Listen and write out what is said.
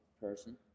person